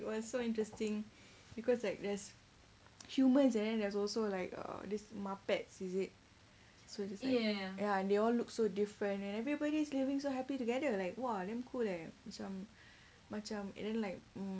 it was so interesting because like there's humour is there there's also like uh this muppets is it so ya and they all look so different and everybody's living so happy together like !wah! damn cool leh macam macam and then like